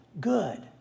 good